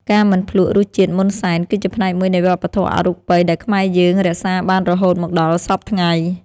ការមិនភ្លក្សរសជាតិមុនសែន គឺជាផ្នែកមួយនៃវប្បធម៌អរូបីដែលខ្មែរយើងរក្សាបានរហូតមកដល់សព្វថ្ងៃ។